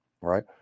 right